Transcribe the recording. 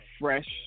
fresh